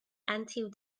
until